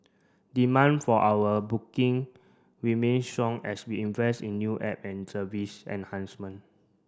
demand for our booking remains strong as we invest in new app and service enhancement